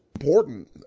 important